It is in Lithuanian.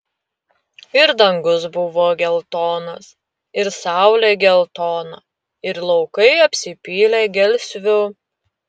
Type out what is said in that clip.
ir dangus buvo geltonas ir saulė geltona ir laukai apsipylė gelsviu